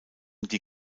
die